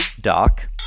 Doc